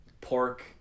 pork